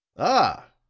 ah,